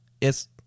yes